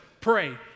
Pray